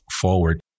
forward